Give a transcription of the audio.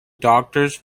doctors